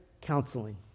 counseling